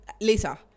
later